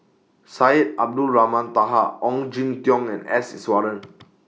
Syed Abdulrahman Taha Ong Jin Teong and S Iswaran